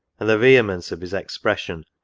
and the vehemence of his expres sion,